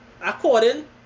according